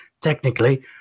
Technically